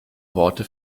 worte